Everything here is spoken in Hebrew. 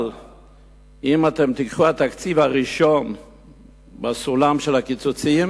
אבל אם תיקחו את התקציב, ראשון בסולם של הקיצוצים